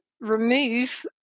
remove